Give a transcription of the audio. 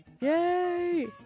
Yay